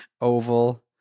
Oval